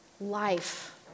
life